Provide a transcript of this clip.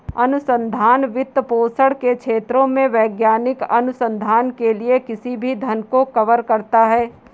अनुसंधान वित्तपोषण के क्षेत्रों में वैज्ञानिक अनुसंधान के लिए किसी भी धन को कवर करता है